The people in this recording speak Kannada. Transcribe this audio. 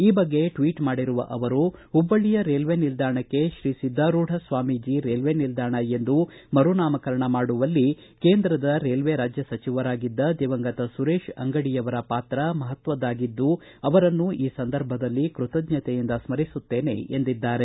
ಈ ಬಗ್ಗೆ ಟ್ವೀಟ್ ಮಾಡಿರುವ ಅವರು ಹುಬ್ಬಳ್ಳಯ ರೇಲ್ವೆ ನಿಲ್ದಾಣಕ್ಕ ತ್ರೀ ಸಿದ್ದಾರೂಢ ಸ್ವಾಮೀಜ ರೇಲ್ವೆ ನಿಲ್ದಾಣ ಎಂದು ನಾಮಕರಣ ಮಾಡುವಲ್ಲಿ ಕೇಂದ್ರದ ರೇಲ್ವೆ ರಾಜ್ಯ ಸಚಿವರಾಗಿದ್ದ ದಿವಂಗತ ಸುರೇಶ್ ಅಂಗಡಿ ಅವರ ಪಾತ್ರವು ಮಹತ್ವದಾಗಿದ್ದು ಅವರನ್ನೂ ಈ ಸಂದರ್ಭದಲ್ಲಿ ಕೃತಜ್ಞತೆಯಿಂದ ಸ್ಟರಿಸುತ್ತೇನೆ ಎಂದಿದ್ದಾರೆ